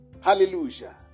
Hallelujah